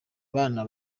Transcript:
bana